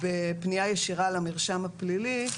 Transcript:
בפנייה ישירה למרשם הפלילי.